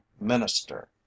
minister